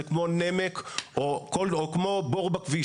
זה כמו נמק או כמו בור בכביש.